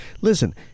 Listen